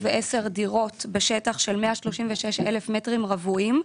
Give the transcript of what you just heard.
דירות בשטח של כ-136,000 מטרים רבועים,